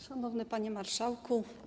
Szanowny Panie Marszałku!